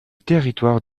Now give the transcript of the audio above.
territoire